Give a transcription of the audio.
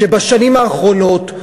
שבשנים האחרונות,